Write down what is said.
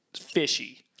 fishy